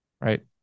right